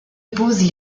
opposent